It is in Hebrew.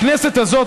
הכנסת הזאת,